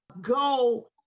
go